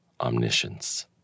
omniscience